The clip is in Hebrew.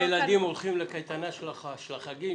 והילדים הולכים לקייטנה של החגים